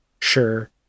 Sure